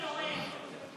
קבוצת סיעת ישראל ביתנו,